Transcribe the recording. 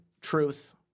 truth